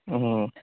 ہوں